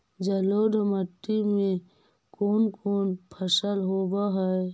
जलोढ़ मट्टी में कोन कोन फसल होब है?